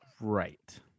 Right